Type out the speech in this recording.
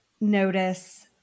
notice